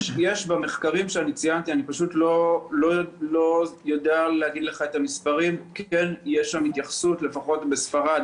במחקרים שאני ציינתי כן יש התייחסות לפחות בספרד